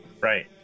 Right